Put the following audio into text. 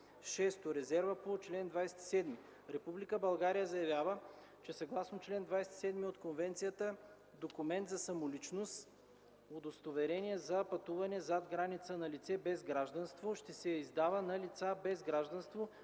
6. Резерва по чл. 27: „Република България заявява, че съгласно чл. 27 от Конвенцията документ за самоличност („Удостоверение за пътуване зад граница на лице без гражданство”) ще се издава на лица без гражданство,